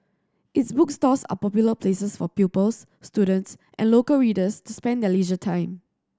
its bookstores are popular places for pupils students and local readers to spend their leisure time